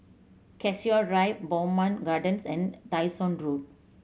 Cassia Drive Bowmont Gardens and Dyson